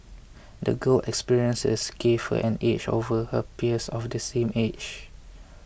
the girl experiences gave her an edge over her peers of the same age